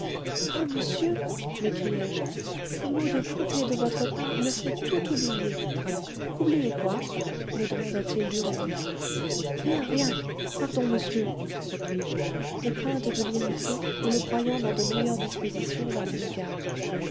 ah monsieur m'écriai-je ces mots de bonté de votre part me font tout oublier oublier quoi me demanda-t-il durement rien rien pardon monsieur repris-je de crainte de l'irriter et le croyant dans de meilleures dispositions à mon égard